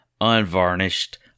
unvarnished